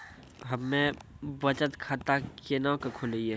हम्मे बचत खाता केना के खोलियै?